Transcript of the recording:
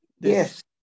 Yes